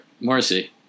Morrissey